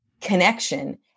connection